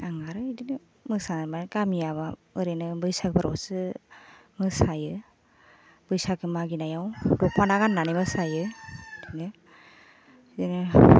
आं आरो बिदिनो मोसानाय गामियाव ओरैनो बैसागुरावसो मोसायो बैसागो मागिनायाव दख'ना गान्नानै मोसायो बिदिनो